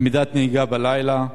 למידת נהיגה בלילה,